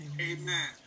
Amen